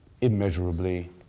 immeasurably